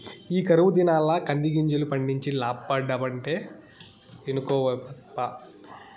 ఈ కరువు దినాల్ల కందిగింజలు పండించి లాబ్బడమంటే ఇనుకోవేమప్పా